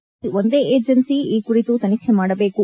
ಹೀಗಾಗಿ ಒಂದೇ ಏಜನ್ನಿ ಈ ಕುರಿತು ತನಿಖೆ ಮಾಡಬೇಕು